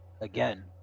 Again